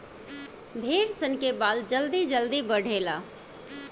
भेड़ सन के बाल जल्दी जल्दी बढ़ेला